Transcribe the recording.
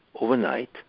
overnight